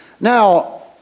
Now